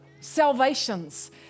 salvations